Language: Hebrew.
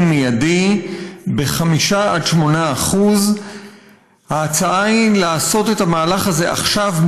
מיידי ב-5% 8%. ההצעה היא לעשות את המהלך הזה עכשיו,